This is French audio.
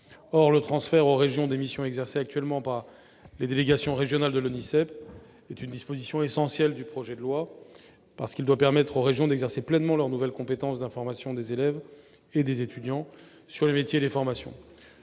Or le transfert aux régions des missions exercées actuellement par les délégations régionales de l'ONISEP est une disposition essentielle du projet de loi, parce qu'il doit permettre aux régions d'exercer pleinement leurs nouvelles compétences d'information des élèves et des étudiants sur les métiers et les formations.